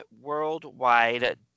worldwide